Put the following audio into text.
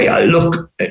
Look